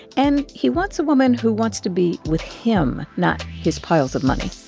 and he wants a woman who wants to be with him, not his piles of money